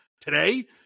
today